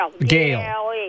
Gail